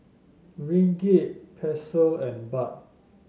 Ringgit Peso and Baht